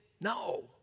no